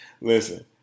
listen